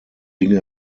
dinge